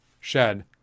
shed